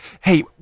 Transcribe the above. Hey